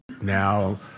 Now